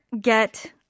get